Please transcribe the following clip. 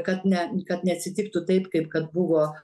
kad ne kad neatsitiktų taip kaip kad buvo